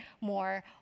more